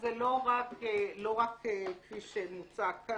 זה לא רק כפי שמוצע כאן.